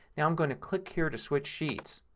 now i'm going to click here to switch sheets.